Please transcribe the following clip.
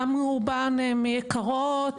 גם רובן יקרות